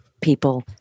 people